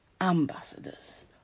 Ambassadors